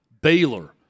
Baylor